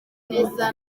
neza